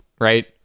Right